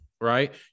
right